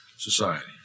Society